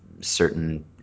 certain